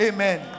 Amen